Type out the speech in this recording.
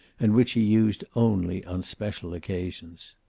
and which he used only on special occasions.